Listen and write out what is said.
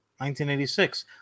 1986